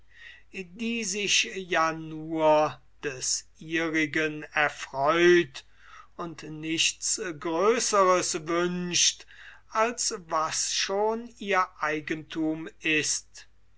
die sich ja des ihrigen erfreut und nichts größeres wünscht als was ihr eigenthum ist